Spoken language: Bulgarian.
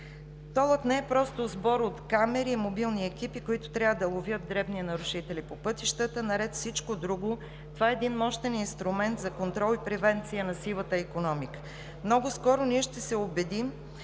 Толът не е просто сбор от камери и мобилни екипи, които трябва да ловят дребни нарушители по пътищата. Наред с всичко друго това е мощен инструмент за контрол и превенция на сивата икономика. Много скоро ние ще се убедим,